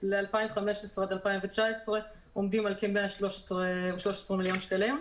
ל-2015 עד 2019 עומדים על כ-113 מיליון שקלים.